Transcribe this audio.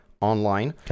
online